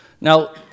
Now